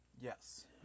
Yes